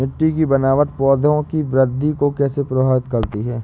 मिट्टी की बनावट पौधों की वृद्धि को कैसे प्रभावित करती है?